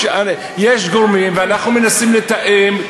רק לפני שבוע, יש גורמים, ואנחנו מנסים לתאם,